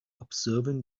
observing